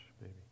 baby